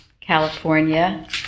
California